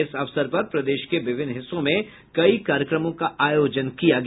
इस अवसर पर प्रदेश के विभिन्न हिस्सों में कई कार्यक्रमों का आयोजन किया गया